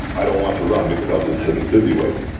i don't want to run, because i'll just sit and busy wait.